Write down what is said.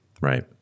right